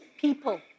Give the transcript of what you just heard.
people